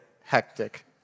hectic